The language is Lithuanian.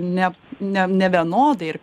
ne ne nevienodai ir